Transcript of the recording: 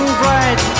bright